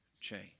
change